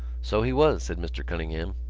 so he was, said mr. cunningham,